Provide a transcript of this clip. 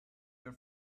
your